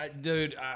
Dude